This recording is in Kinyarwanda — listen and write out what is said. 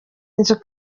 nzu